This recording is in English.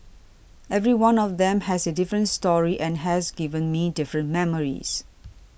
every one of them has a different story and has given me different memories